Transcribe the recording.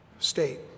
state